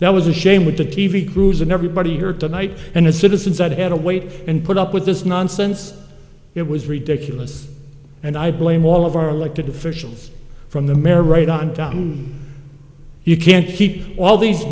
that was a shame with the t v crews and everybody here tonight and the citizens that had to wait and put up with this nonsense it was ridiculous and i blame all of our elected officials from the mayor right on down you can't keep all these